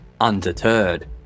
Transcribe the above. Undeterred